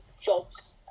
jobs